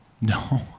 No